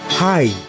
Hi